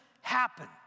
happen